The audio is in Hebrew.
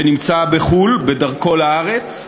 שנמצא בחו"ל, בדרכו לארץ,